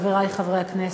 חברי חברי הכנסת,